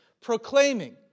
proclaiming